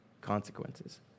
consequences